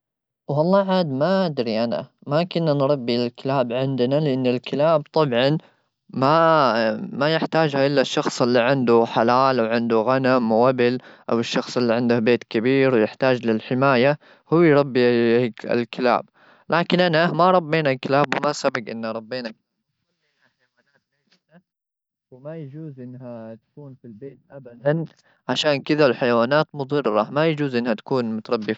والله عاد ما ادري انا ما كنا نربي الكلاب عندنا لان الكلاب طبعا ما يحتاجها الا الشخص اللي عنده حلال وعنده غنم وابل او الشخص اللي عنده بيت كبير يحتاج للحمايه هو يربي الكلاب لكن انا ما ربينا الكلاب وما سبق ربينا كلاب وما يجوز انها تكون في البيت ابدا عشان كدا الحيوانات مضره ما يجوز انها تكون متربيه